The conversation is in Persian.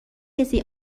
کسی